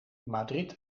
madrid